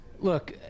Look